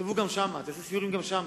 תבקרו גם שם, תעשו סיורים גם שם,